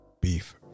beef